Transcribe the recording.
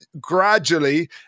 gradually